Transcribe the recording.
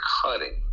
cutting